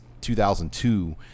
2002